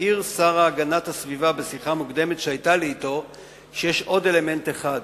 העיר השר להגנת הסביבה בשיחה מוקדמת שהיתה לי אתו שיש עוד אלמנט אחד,